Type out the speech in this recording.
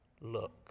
look